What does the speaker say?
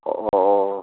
অঁ অঁ